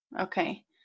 Okay